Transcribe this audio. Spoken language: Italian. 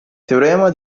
teorema